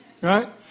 Right